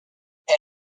elle